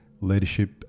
leadership